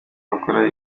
bakora